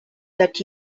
that